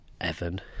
Evan